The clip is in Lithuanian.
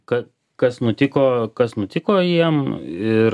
kad kas nutiko kas nutiko jiem ir